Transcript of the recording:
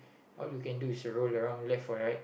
all you can do is roll around left or right